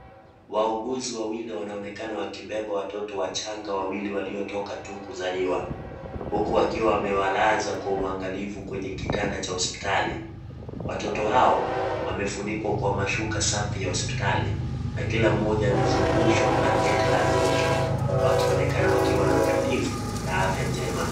Wauguzi wawili wanaonekana wakibeba watoto wachanga wawili waliotoka tu kuzaliwa. Huku wakiwa wamewalaza kwa uangalifu kwenye kitanda cha hospitali. Watoto hao wamefunikuwa kwa mashuka safi ya hospitali, na kila mmoja amezungushwa blanketi la joto. Wakionekana wakiwa nautulifu, na afya njema.